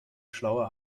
schlauer